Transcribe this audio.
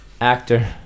Actor